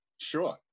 Sure